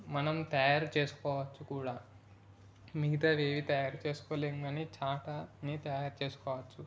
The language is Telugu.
మనం తయారు చేసుకోవచ్చు కూడా మిగతావి ఏవీ తయారు చేసుకోలేం కానీ చాటని తయారు చేసుకోవచ్చు